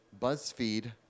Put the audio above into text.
BuzzFeed